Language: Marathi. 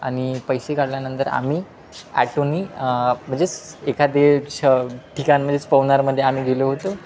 आणि पैसे काढल्यानंतर आम्ही ॲटोने म्हणजेच एखादे श ठिकाण म्हणजेच पवनारमध्ये आम्ही गेलो होतो